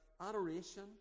adoration